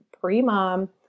pre-mom